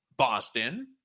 Boston